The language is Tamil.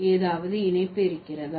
ஏதாவது இணைப்பு இருக்கிறதா